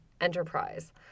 enterprise